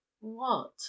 What